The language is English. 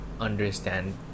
understand